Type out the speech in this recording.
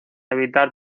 evitar